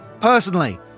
personally